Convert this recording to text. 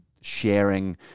sharing